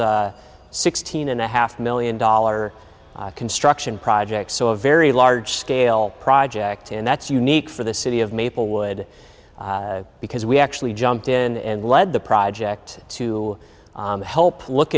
was sixteen and a half million dollar construction project so a very large scale project and that's unique for the city of maplewood because we actually jumped in and led the project to help look